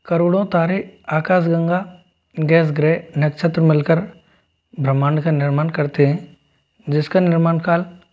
करोड़ों तारें आकाशगंगा गैस ग्रह नक्षत्र मिल कर ब्रह्मांड का निर्माण करते हैं जिस का निर्माण काल